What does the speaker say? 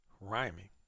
rhyming